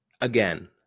again